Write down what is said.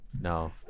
No